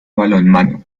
balonmano